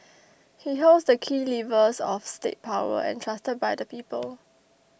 he holds the key levers of state power entrusted by the people